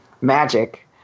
magic